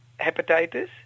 hepatitis